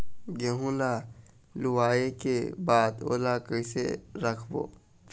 गेहूं ला लुवाऐ के बाद ओला कइसे राखबो?